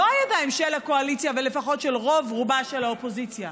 לא הידיים של הקואליציה ולפחות של רוב-רובה של האופוזיציה.